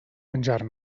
menjar